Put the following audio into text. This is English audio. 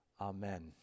Amen